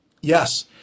Yes